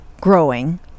growing